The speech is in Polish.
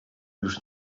już